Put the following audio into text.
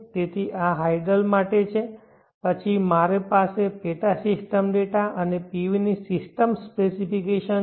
તેથી આ હાઇડલ માટે છે પછી મારી પાસે પેટા સિસ્ટમ ડેટા અને PV ની સિસ્ટમ સ્પેસિફિકેશન છે